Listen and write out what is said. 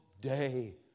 day